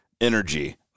energy